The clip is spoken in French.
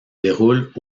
déroulent